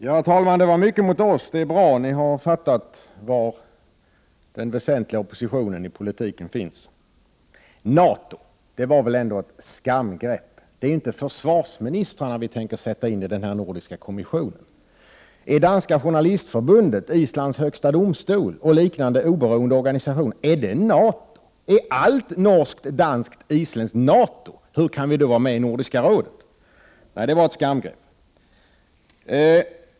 Herr talman! Det var mycket som sades gentemot miljöpartiet. Det är bra. Socialdemokraterna har förstått var den väsentliga oppositionen i politiken finns. NATO -— det var väl ändå ett skamgrepp? Det är inte försvarsministrarna vi tänker sätta in i den nordiska kommissionen. Är danska journalistförbundet, Islands högsta domstol och liknande oberoende organ NATO? Är allt norskt, danskt och isländskt NATO? Hur kan vi då vara med i Nordiska rådet? Nej, det var ett skamgrepp.